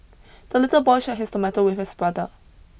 the little boy shared his tomato with his brother